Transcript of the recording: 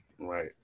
Right